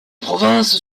provinces